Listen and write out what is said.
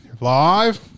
Live